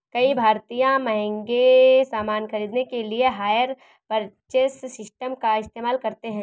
कई भारतीय महंगे सामान खरीदने के लिए हायर परचेज सिस्टम का इस्तेमाल करते हैं